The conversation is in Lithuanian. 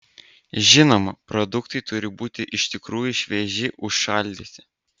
žinoma produktai turi būti iš tikrųjų švieži užšaldyti